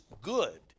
good